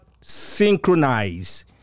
synchronize